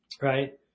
right